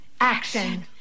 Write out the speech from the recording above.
action